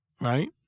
right